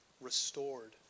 restored